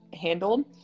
handled